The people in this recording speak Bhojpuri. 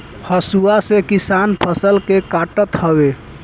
हसुआ से किसान फसल के काटत हवे